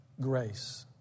grace